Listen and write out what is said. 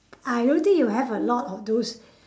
I don't think you have a lot of those